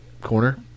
corner